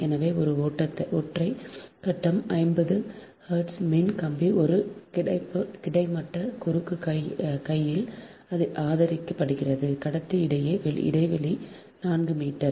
எனவே ஒரு ஒற்றை கட்டம் 50 ஹெர்ட்ஸ் மின் கம்பி ஒரு கிடைமட்ட குறுக்கு கையில் ஆதரிக்கப்படுகிறது கடத்தி இடையே இடைவெளி 4 மீட்டர்